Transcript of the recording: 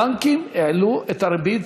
הבנקים העלו את הריבית